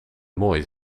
mooie